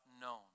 known